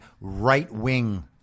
right-wing